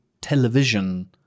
television